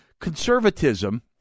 Conservatism